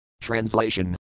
Translation